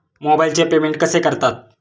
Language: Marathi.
मोबाइलचे पेमेंट कसे करतात?